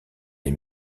des